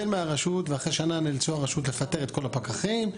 מהרשות ואחרי שנה נאלצה הרשות לפטר את כל הפקחים.